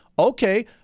Okay